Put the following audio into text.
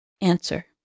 Answer